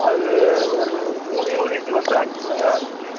அது ஒரு மூணு யூனிட் வந்து அஞ்சு ரூபாய் ஆகுதுங்க